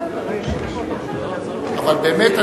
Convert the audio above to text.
אבל באמת,